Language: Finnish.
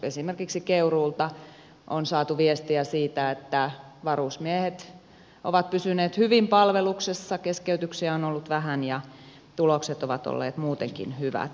esimerkiksi keuruulta on saatu viestiä siitä että varusmiehet ovat pysyneet hyvin palveluksessa keskeytyksiä on ollut vähän ja tulokset ovat olleet muutenkin hyvät